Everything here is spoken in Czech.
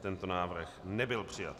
Tento návrh nebyl přijat.